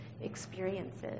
experiences